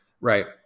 right